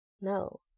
No